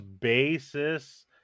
basis